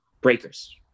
breakers